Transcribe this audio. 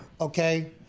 Okay